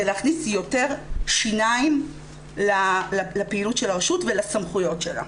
להכניס יותר שיניים לפעילות ש ל הרשות ולסמכויות שלה.